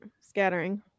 Scattering